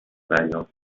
دریافت